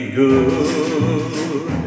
good